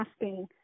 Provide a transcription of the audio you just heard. asking